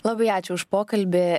labai ačiū už pokalbį